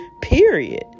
period